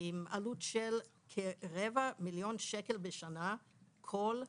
עם עלות של כרבע מיליון שקל בשנה, בכל שנה.